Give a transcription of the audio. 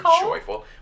joyful